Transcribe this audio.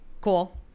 Cool